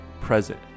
present